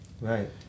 Right